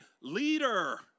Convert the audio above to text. leader